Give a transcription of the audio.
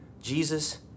Jesus